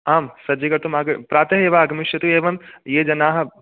आम् सज्जीकर्तुं आ प्रातः एव आगमिष्यतु एवं ये जनाः